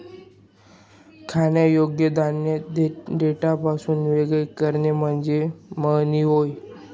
खाण्यायोग्य धान्य देठापासून वेगळे करणे म्हणजे मळणी होय